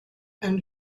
and